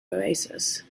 oasis